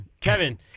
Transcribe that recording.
kevin